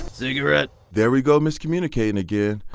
cigarette? there we go miscommunicating again.